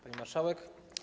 Pani Marszałek!